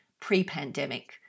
pre-pandemic